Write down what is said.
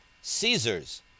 Caesar's